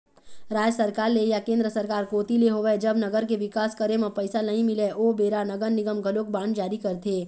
राज सरकार ले या केंद्र सरकार कोती ले होवय जब नगर के बिकास करे म पइसा नइ मिलय ओ बेरा नगर निगम घलोक बांड जारी करथे